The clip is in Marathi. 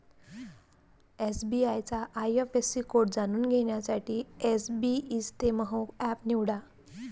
एस.बी.आय चा आय.एफ.एस.सी कोड जाणून घेण्यासाठी एसबइस्तेमहो एप निवडा